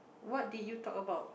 what did you talk about